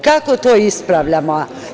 Kako to ispravljamo?